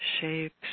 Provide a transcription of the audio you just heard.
shapes